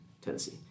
tennessee